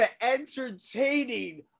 entertaining